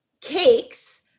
cakes